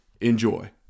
Enjoy